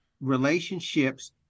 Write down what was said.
relationships